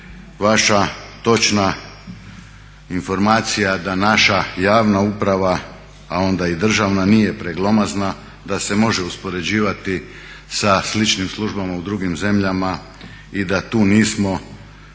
vaša točna informacija da naša javna uprava a onda i državna nije preglomazna, da se može uspoređivati sa sličnim službama u drugim zemljama i da tu nismo